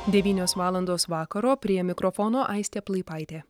devynios valandos vakaro prie mikrofono aistė plaipaitė